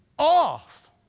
off